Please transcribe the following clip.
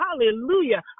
Hallelujah